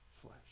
flesh